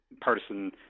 partisan